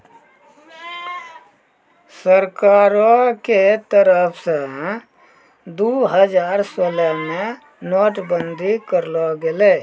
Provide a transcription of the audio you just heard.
सरकारो के तरफो से दु हजार सोलह मे नोट बंदी करलो गेलै